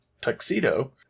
tuxedo